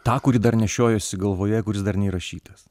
tą kurį dar nešiojuosi galvoje kuris dar neįrašytas